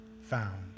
found